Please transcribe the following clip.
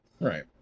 Right